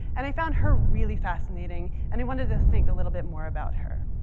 and i found her really fascinating. and i wanted to think a little bit more about her.